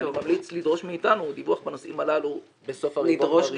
ואני ממליץ לדרוש מאתנו דיווח בנושאים הללו בסוף הרבעון הראשון.